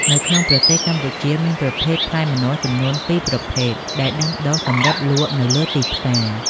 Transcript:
នៅក្នុងប្រទេសកម្ពុជាមានប្រភេទផ្លែម្នាស់ចំនួន ពីរប្រភេទ ដែលដាំដុះសម្រាប់លក់នៅលើទីផ្សារ។